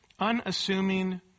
unassuming